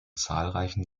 zahlreichen